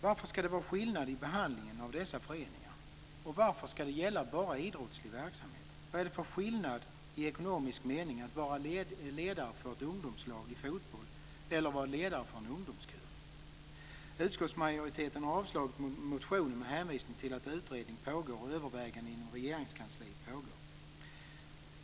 Varför ska det vara skillnad i behandlingen av dessa föreningar? Och varför ska det bara gälla idrottslig verksamhet? Vad är det för skillnad i ekonomisk mening mellan att vara ledare för ett ungdomslag i fotboll och att vara ledare för en ungdomskör? Utskottsmajoriteten har avstyrkt motionen med hänvisning till att utredning pågår och till att överväganden inom Regeringskansliet pågår.